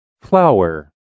Flower